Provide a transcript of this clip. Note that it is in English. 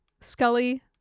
Scully